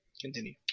continue